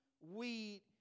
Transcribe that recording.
wheat